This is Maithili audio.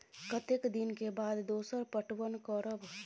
कतेक दिन के बाद दोसर पटवन करब?